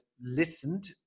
listened